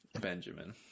Benjamin